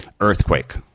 Earthquake